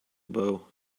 bow